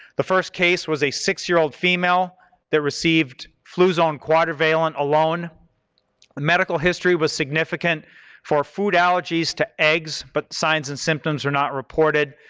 the first case was a six-year-old female that received fluzone quadrivalent alone. the medical history was significant for food allergies to eggs, but signs and symptoms are not reported.